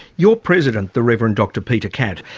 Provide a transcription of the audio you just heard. your president, the rev. and dr peter catt,